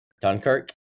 dunkirk